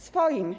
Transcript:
Swoim.